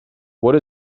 what